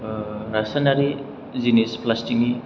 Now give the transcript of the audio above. रासायनारि जिनिस फ्लासथिक नि